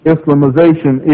Islamization